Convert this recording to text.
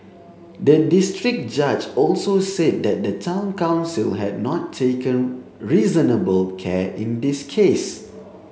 the district judge also said that the Town Council had not taken reasonable care in this case